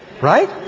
right